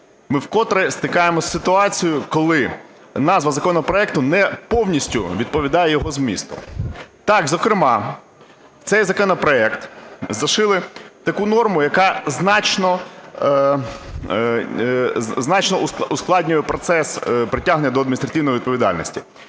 ми вкотре стикаємося із ситуацією, коли назва законопроекту не повністю відповідає його змісту. Так, зокрема, в цей законопроект зашили таку норму, яка значно ускладнює процес притягнення до адміністративної відповідальності.